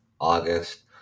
August